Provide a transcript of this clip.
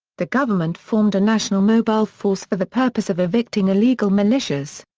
the government formed a national mobile force for the purpose of evicting illegal militias.